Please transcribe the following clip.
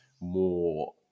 more